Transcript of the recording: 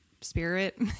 spirit